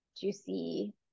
juicy